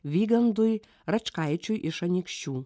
vygandui račkaičiui iš anykščių